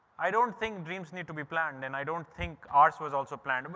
i don't think dreams need to be planned. and i don't think ours was also planned. um